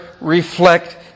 reflect